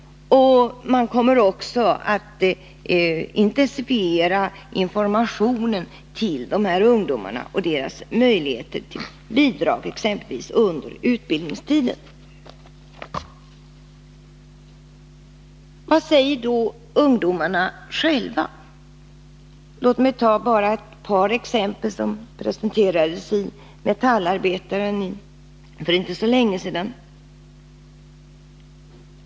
Man kommer också att intensifiera informationen till dessa ungdomar och upplysa t.ex. om deras möjligheter till bidrag under utbildningstiden. Vad säger då ungdomarna själva? Låt mig ta bara ett par exempel som presenterades i Metallarbetaren för inte så länge sedan.